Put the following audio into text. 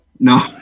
No